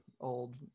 old